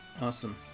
awesome